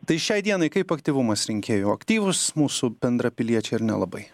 tai šiai dienai kaip aktyvumas rinkėjų aktyvūs mūsų bendrapiliečiai ar nelabai